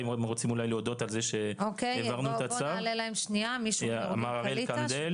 הם רוצים אולי להודות על זה שהעברנו את הצו,